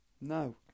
No